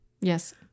Yes